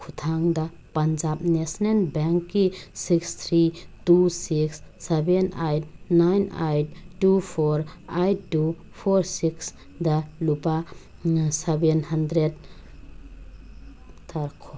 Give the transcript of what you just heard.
ꯈꯨꯠꯊꯥꯡꯗ ꯄꯟꯖꯥꯕ ꯅꯦꯁꯅꯦꯜ ꯕꯦꯡꯛꯀꯤ six three two six seven eight nine eight two four eight two four six ꯗ ꯂꯨꯄꯥ seven hundred ꯊꯥꯈꯣ